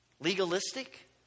Legalistic